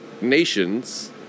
nations